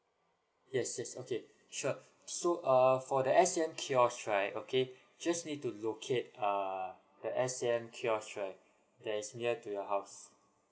yes yes okay sure so err for the S_A_M kiosk right okay just need to locate err the S_A_M kiosk right there is near to the house